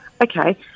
Okay